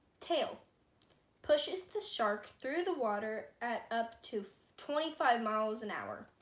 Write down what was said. tail pushes the shark through the water at up to twenty five miles an hour.